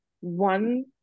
one